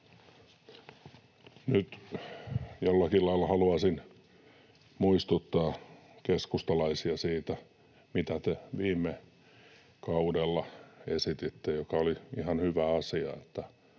Nyt jollakin lailla haluaisin muistuttaa keskustalaisia siitä, mitä te viime kaudella esititte, mikä oli ihan hyvä asia: